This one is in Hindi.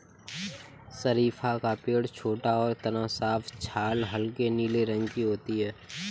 शरीफ़ा का पेड़ छोटा और तना साफ छाल हल्के नीले रंग की होती है